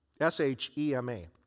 S-H-E-M-A